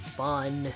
fun